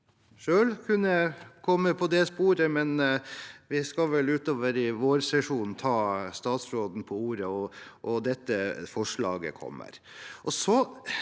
selv kunne komme på det sporet, men vi skal vel utover i vårsesjonen ta statsråden på ordet, og dette forslaget kommer.